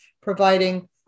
providing